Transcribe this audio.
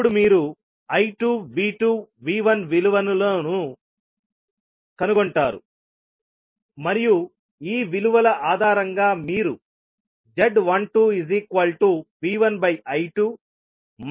అప్పుడు మీరు I2 V2 V1 విలువలను కనుగొంటారు మరియు ఈ విలువల ఆధారంగా మీరు z12V1I2 మరియు z22V2I2